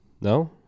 no